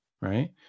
right